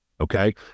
Okay